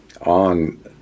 on